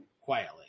quietly